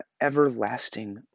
everlasting